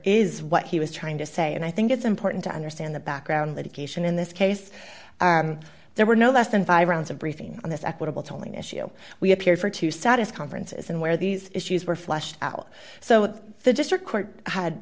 is what he was trying to say and i think it's important to understand the background litigation in this case there were no less than five rounds of briefing on this equitable tolling issue we have here for two sat as conferences and where these issues were fleshed out so the district court had